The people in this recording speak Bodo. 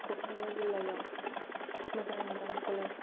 क'क्राझार जिल्लायाव मोजां मोजां कलेज